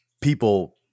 people